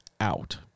out